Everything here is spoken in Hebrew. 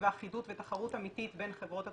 ואחידות ותחרות אמיתית בין חברות התרופות.